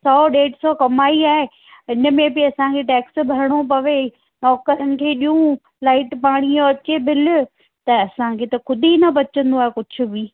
सौ ॾेढ सौ कमाई आहे हिनमें बि असांखे टैक्स भरिणो पवे नौकिरनि खे ॾियूं लाइट पाणी जो अचे बिल त असांखे त खुदि ई न बचंदो आहे कुझु बि